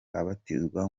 abatizwa